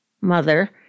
Mother